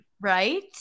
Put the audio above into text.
Right